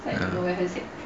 ya